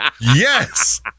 Yes